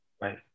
right